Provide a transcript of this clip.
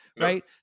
Right